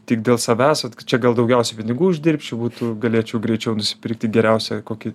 tik dėl savęs vat kad čia gal daugiausiai pinigų uždirbčiau būtų galėčiau greičiau nusipirkti geriausią kokį